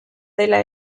dela